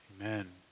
Amen